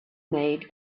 made